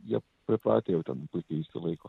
jie pripratę jau ten puikiai išsilaiko